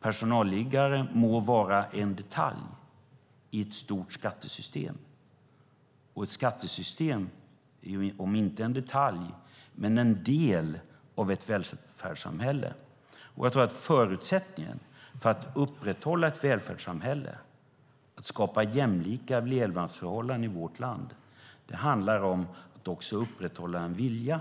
Personalliggare må vara en detalj i ett stort skattesystem, och ett skattesystem är, om inte en detalj så en del av ett välfärdssamhälle. Jag tror att förutsättningen för att upprätthålla ett välfärdssamhälle, att skapa jämlika levnadsförhållanden i vårt land, handlar om att också upprätthålla en vilja